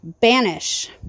Banish